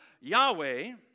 Yahweh